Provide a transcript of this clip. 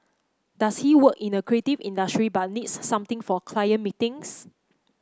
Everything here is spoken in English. does he work in a creative industry but needs something for client meetings